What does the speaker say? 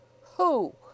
Who